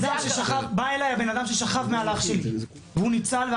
בא אליי האדם ששכב מעל האח שלי והוא ניצל,